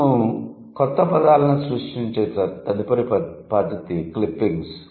మనము క్రొత్త పదాలను సృష్టించే తదుపరి పద్ధతి క్లిప్పింగ్స్